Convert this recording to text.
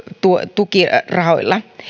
tukirahoilla